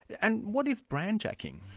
and what is brandjacking?